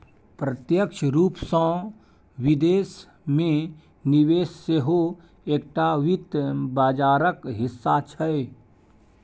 प्रत्यक्ष रूपसँ विदेश मे निवेश सेहो एकटा वित्त बाजारक हिस्सा छै